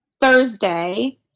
Thursday